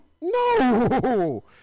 no